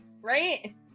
Right